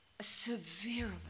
severely